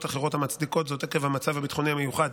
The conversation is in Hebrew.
אחרות המצדיקות זאת עקב המצב הביטחוני המיוחד,